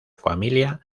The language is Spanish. familia